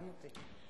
גם אותי.